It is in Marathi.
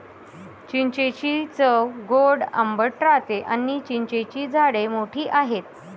चिंचेची चव गोड आंबट राहते आणी चिंचेची झाडे मोठी आहेत